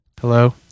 Hello